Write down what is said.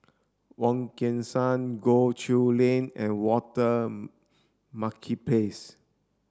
Wong Kan Seng Goh Chiew Lye and Walter Makepeace